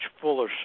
fuller